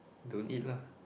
don't eat lah